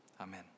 Amen